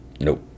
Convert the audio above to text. nope